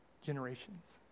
generations